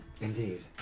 Indeed